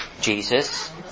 Jesus